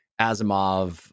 Asimov